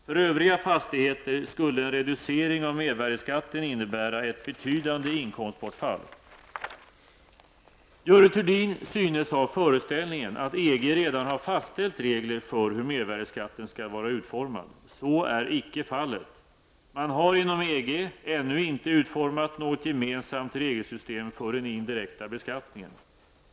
För övriga fastigheter skulle en reducering av mervärdeskatten innebära ett betydande inkomstbortfall. Görel Thurdin synes ha föreställningen att EG redan har fastställt regler för hur mervärdeskatten skall vara utformad. Så är icke fallet. Man har inom EG ännu inte utformat något gemensamt regelsystem för den indirekta beskattningen.